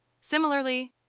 Similarly